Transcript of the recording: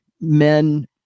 men